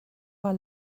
war